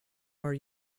are